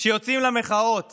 שיוצאים למחאות